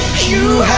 you.